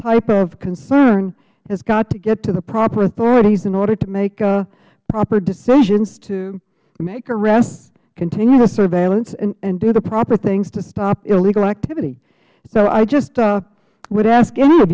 type of concern has got to get to the proper authorities in order to make proper decisions to make arrests continue the surveillance and do the proper things to stop illegal activity so i just would ask any of